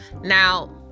Now